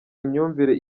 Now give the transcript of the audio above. imyumvire